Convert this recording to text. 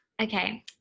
Okay